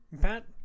Pat